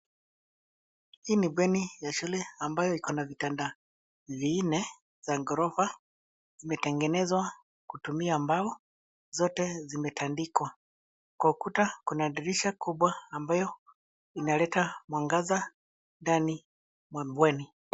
Hii ni bweni ya shule ambayo iko na vitanda vinne za gorofa. Imetengenezwa kwa kutumia mbao. Zote zimetandikwa, kwa ukuta kuna dirisha kubwa ambayo inaleta mwangaza ndani mwa bweni.